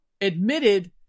admitted